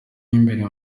imbere